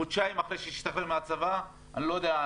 חודשיים אחרי שהשתחרר מהצבא אני לא יודע,